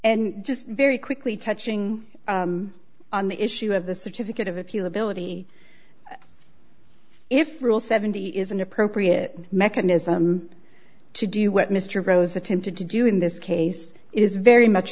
and just very quickly touching on the issue of the certificate of appeal ability if rule seventy is an appropriate mechanism to do what mr gross attempted to do in this case is very much